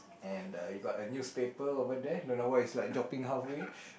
and the you got a newspaper over there dunno why it's like dropping half way